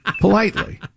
politely